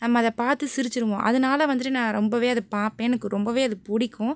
நம்ம அதை பார்த்து சிரிச்சுருவோம் அதனால வந்துட்டு நான் ரொம்பவே அதை பார்ப்பேன் எனக்கு ரொம்பவே அது பிடிக்கும்